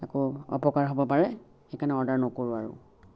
আকৌ অপকাৰ হ'ব পাৰে সেইকাৰণে অৰ্ডাৰ নকৰোঁ আৰু